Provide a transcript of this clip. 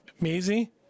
Maisie